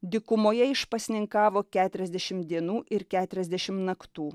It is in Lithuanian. dykumoje išpasninkavo keturiasdešim dienų ir keturiasdešim naktų